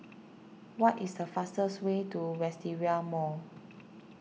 what is the fastest way to Wisteria Mall